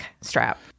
strap